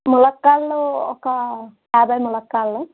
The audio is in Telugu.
ములక్కాడలు ఒక యాభై ములక్కాడలు